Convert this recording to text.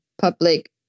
public